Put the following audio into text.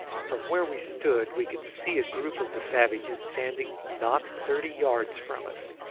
from where we stood we could see a group of the savages standing not thirty yards from us,